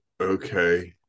okay